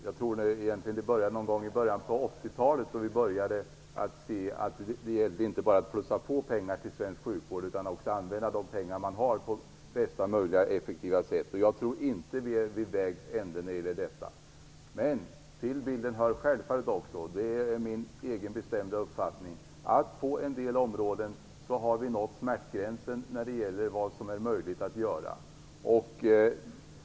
Jag tror egentligen att det började någon gång i början på 80-talet, då vi började se att det inte bara gällde att öka på pengarna till svensk sjukvård utan också att använda de pengar man har på bästa möjliga effektiva sätt. Jag tror inte att vi är vid vägs ände när det gäller detta. Men till bilden hör självfallet också - och det är min egen bestämda uppfattning - att vi har nått smärtgränsen på en del områden.